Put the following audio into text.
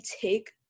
take